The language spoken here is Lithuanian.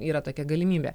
yra tokia galimybė